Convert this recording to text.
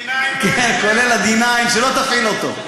כולל ה-D9, שלא תפעיל אותו.